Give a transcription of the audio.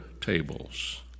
tables